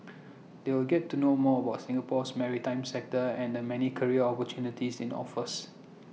they'll get to know more about Singapore's maritime sector and the many career opportunities IT offers